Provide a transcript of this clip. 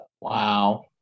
Wow